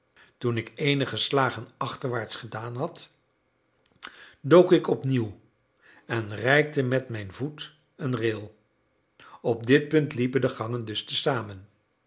toen ik eenige slagen achterwaarts gedaan had dook ik opnieuw en reikte met mijn voet een rail op dit punt liepen de gangen dus te